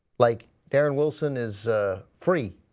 like darren wilson is free.